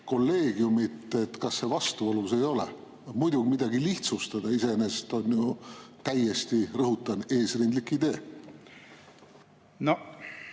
kolleegiumi, siis kas see vastuolus ei ole? Muidugi midagi lihtsustada iseenesest on ju täiesti, rõhutan, eesrindlik idee.